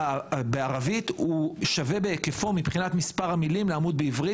בערבית שווה בהיקפו מבחינת מספר המילים לעמוד בעברית.